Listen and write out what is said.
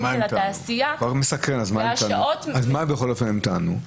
של התעשייה --- מה בכל אופן הם טענו?